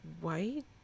white